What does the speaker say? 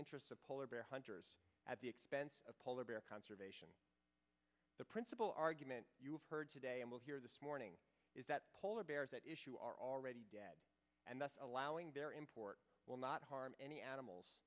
interests of polar bear hunters at the expense of polar bear conservation the principle argument you've heard today and we'll hear this morning is that polar bears that issue are already dead and thus allowing their import will not harm any animals